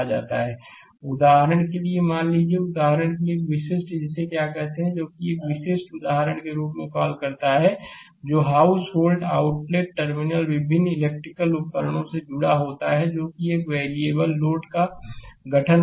slide समय देखें 2646 उदाहरण के लिए मान लीजिए उदाहरण के लिए एक विशिष्ट जिसे क्या कहते हैं जो एक विशिष्ट उदाहरण के रूप में कॉल करता है जो हाउस होल्ड आउटलेट टर्मिनल विभिन्न इलेक्ट्रिकल उपकरणों से जुड़ा होता है जो एक वेरिएबल लोड का गठन करते हैं